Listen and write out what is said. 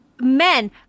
Men